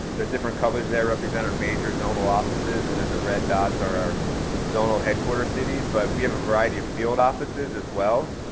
the different colors there represent our major zonal offices and then the red dots are our zonal headquarter cities, but we have a variety of field offices as well.